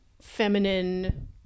feminine